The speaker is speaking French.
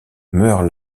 meurt